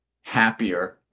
happier